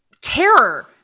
terror